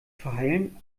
verheilen